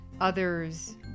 others